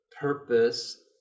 purpose